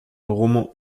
romans